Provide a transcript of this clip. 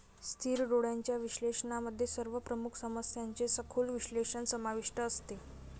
स्थिर डोळ्यांच्या विश्लेषणामध्ये सर्व प्रमुख समस्यांचे सखोल विश्लेषण समाविष्ट असते